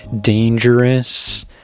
dangerous